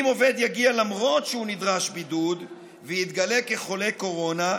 אם עובד יגיע למרות שהוא נדרש לבידוד ויתגלה כחולה קורונה,